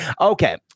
okay